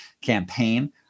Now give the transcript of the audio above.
campaign